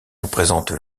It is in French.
représente